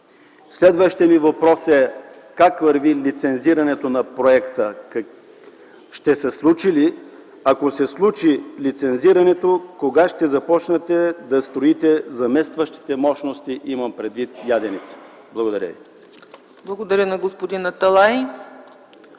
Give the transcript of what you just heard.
Следващият ми въпрос е: как върви лицензирането на проекта - ще се случи ли и ако то се случи, кога ще започнете да строите заместващите мощности, имам предвид ядрените? Благодаря